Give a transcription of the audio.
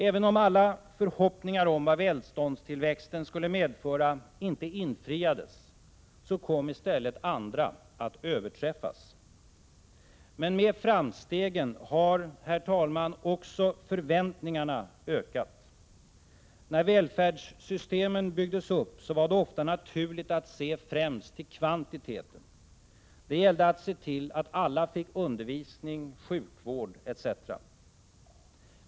Även om alla förhoppningar om vad välståndstillväxten skulle medföra inte infriades, så kom i stället andra att överträffas. Men med framstegen har också våra förväntningar ökat. När välfärdssystemen byggdes upp var det ofta naturligt att främst se till kvantiteten. Det gällde att se till att alla fick undervisning, sjukvård etc.